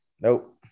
Nope